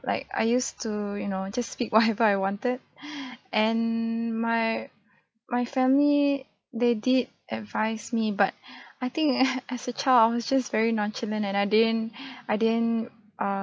like I used to you know just speak whatever I wanted and my my family they did advise me but I think as a child I was just very nonchalant and I didn't I didn't err